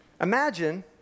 Imagine